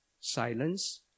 silence